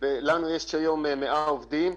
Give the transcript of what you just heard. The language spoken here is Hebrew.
יש לנו היום 100 עובדים,